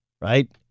right